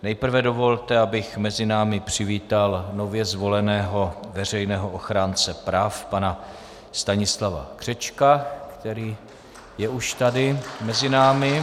Nejprve dovolte, abych mezi námi přivítal nově zvoleného veřejného ochránce práv pana Stanislava Křečka, který je už tady mezi námi.